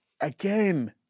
Again